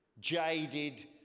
jaded